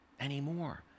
anymore